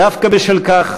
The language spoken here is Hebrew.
דווקא בשל כך,